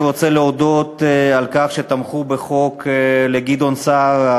אני רוצה להודות על כך שתמכו בחוק לגדעון סער,